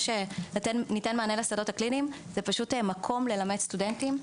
שניתן מענה לשדות הקליניים זה מקום ללמד סטודנטים,